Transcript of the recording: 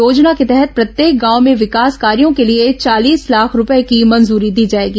योजना के तहत प्रत्येक गांव में विकास कार्यों के लिए चालीस लाख रूपये की मंजूरी दी जाएगी